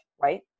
right